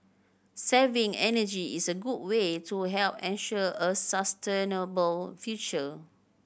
saving energy is a good way to help ensure a sustainable future